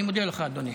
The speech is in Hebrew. אני מודה לך, אדוני.